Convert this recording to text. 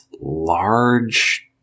large